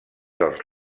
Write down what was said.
dels